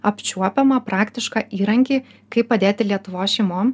apčiuopiamą praktišką įrankį kaip padėti lietuvos šeimom